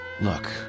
Look